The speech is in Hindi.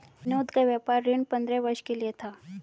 विनोद का व्यापार ऋण पंद्रह वर्ष के लिए था